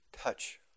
Touch